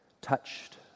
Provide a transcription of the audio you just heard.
touched